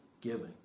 giving